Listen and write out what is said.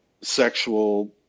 sexual